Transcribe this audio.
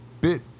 bit